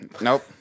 Nope